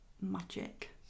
Magic